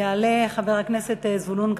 יעלה חבר הכנסת זבולון קלפה.